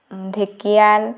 ঢেঁকিয়াল